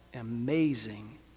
amazing